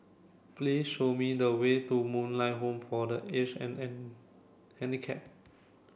please show me the way to Moonlight Home for the Aged and an Handicapped